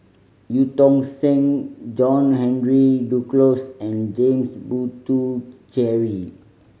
Eu Tong Sen John Henry Duclos and James Puthucheary